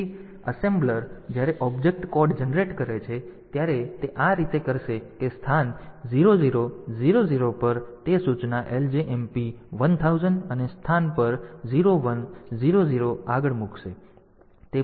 તેથી એસેમ્બલર જ્યારે object code generate કરે છે ત્યારે તે આ રીતે કરશે કે સ્થાન 0 0 0 0 પર તે સૂચના LJMP 1000 અને સ્થાન પર 0 1 0 0 આગળ મૂકશે